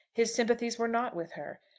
his sympathies were not with her.